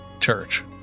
church